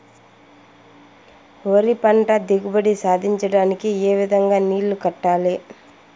వరి పంట దిగుబడి సాధించడానికి, ఏ విధంగా నీళ్లు కట్టాలి?